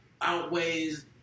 outweighs